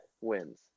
wins